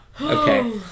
Okay